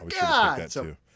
god